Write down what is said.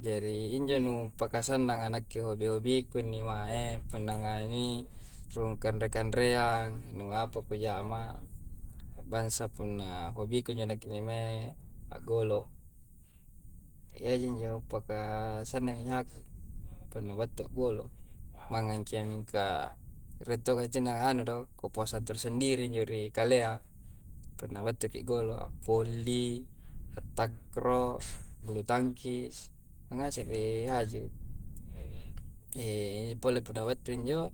Jari injo nuppaka sannanga nakke hobi-hobiku innimae punna nganui rung kanre-kanreang. Nu apa kujama, bansa punna hobiku njo nakke nni mae, aggolo'. Iyya ji injo ampaka sannangi nyahaku punna battua a'golo'. Mangngang ki iyya mingka rie' to' gacinna anu do, kepuasang tersendiri injo ri kalea punna battuki a'golo', appolli, attakro, abbulu tangkis, iyangase ni haju. injo pole punna battu njo,